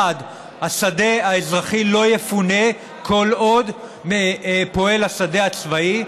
השדה האזרחי לא יפונה כל עוד פועל השדה הצבאי,